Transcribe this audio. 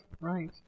right